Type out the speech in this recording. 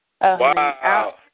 Wow